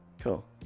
Cool